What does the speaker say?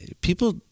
people